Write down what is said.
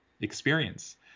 experience